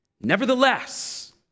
nevertheless